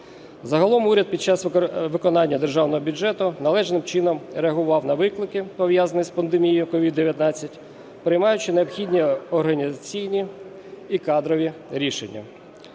Загалом уряд під час виконання державного бюджету належним чином реагував на виклики, пов'язані з пандемією COVID-19, приймаючи необхідні організаційні і кадрові рішення,